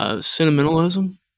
Sentimentalism